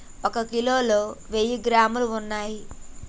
ఒక కిలోలో వెయ్యి గ్రాములు ఉన్నయ్